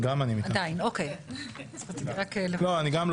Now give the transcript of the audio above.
התשפ"ב 2022 והצעת חוק לעידוד